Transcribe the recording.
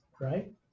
right